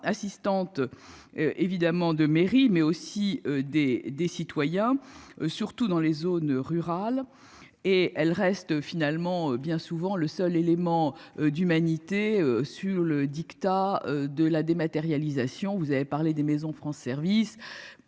assistante. Évidemment de mairie mais aussi des des citoyens, surtout dans les zones rurales et elle reste finalement bien souvent le seul élément d'humanité sur le diktat de la dématérialisation, vous avez parlé des maisons France service